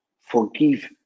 Forgive